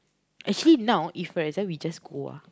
actually now for example we just go ah